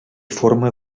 forma